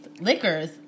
Liquors